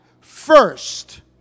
first